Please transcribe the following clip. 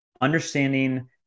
understanding